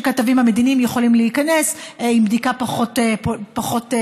שהכתבים המדיניים יכולים להיכנס עם בדיקה פחות קפדנית.